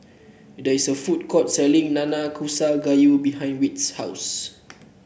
there is a food court selling Nanakusa Gayu behind Whit's house